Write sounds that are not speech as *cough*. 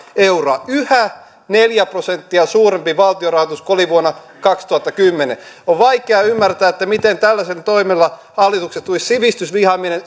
euroa yhä neljä prosenttia suurempi valtionrahoitus kuin oli vuonna kaksituhattakymmenen on vaikea ymmärtää miten tällaisilla toimilla hallituksesta tulisi sivistysvihamielinen *unintelligible*